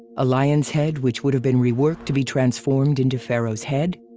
a lion's head which would have been reworked to be transformed into pharaoh's head?